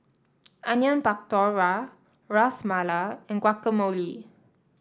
Onion Pakora Ras Malai and Guacamole